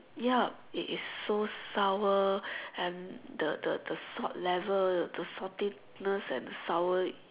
yup it is so sour and the the the salt level the saltiness and the sour